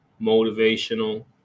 motivational